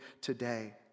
today